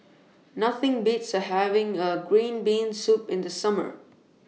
Nothing Beats having A Green Bean Soup in The Summer